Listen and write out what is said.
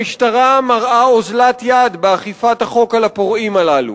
המשטרה מראה אוזלת יד באכיפת החוק על הפורעים הללו.